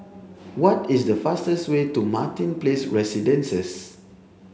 what is the fastest way to Martin Place Residences